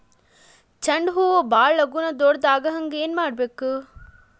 ಚಂಡ ಹೂ ಭಾಳ ಲಗೂನ ದೊಡ್ಡದು ಆಗುಹಂಗ್ ಏನ್ ಮಾಡ್ಬೇಕು?